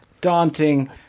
daunting